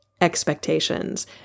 expectations